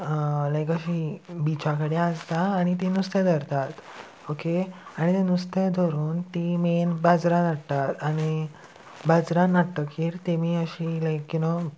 लायक अशी बिचा कडेन आसता आनी ती नुस्तें धरतात ओके आनी नुस्तें धरून तीं मेन बाजरान हाडटात आनी बाजरान हाडटकीर तेमी अशी लायक यु नो